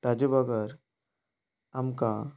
ताजे बगर आमकां